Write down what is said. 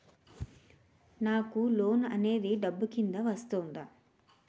నాకు లోన్ అనేది డబ్బు కిందా వస్తుందా?